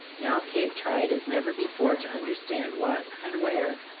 now kate tried as never before to understand what, and where,